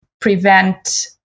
prevent